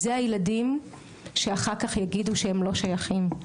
זה הילדים שאחר-כך יגידו שהם לא שייכים.